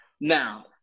Now